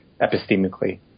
epistemically